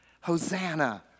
Hosanna